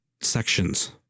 sections